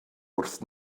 wrth